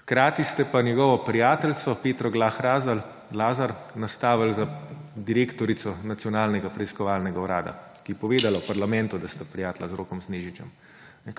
Hkrati ste pa njegovo prijateljico Petro Grah Lazar nastavili za direktorico Nacionalnega preiskovalnega urada, ki je povedala v parlamentu, da sta prijatelja z Rokom Snežičem.